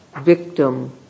victim